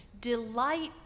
Delight